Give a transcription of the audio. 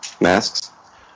masks